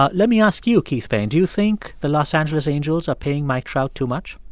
ah let me ask you, keith payne do you think the los angeles angels are paying mike trout too much?